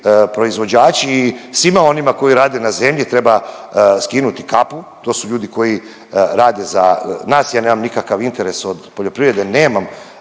proizvođači i svima onima koji rade na zemlji treba skinuti kapu. To su ljudi koji rade za nas, ja nemam nikakav interes od poljoprivrede, nemam